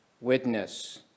witness